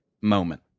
moment